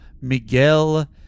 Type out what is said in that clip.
Miguel